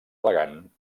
elegant